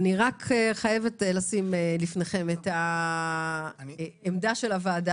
אני חייבת לשים בפניכם את העמדה של הוועדה